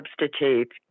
substitute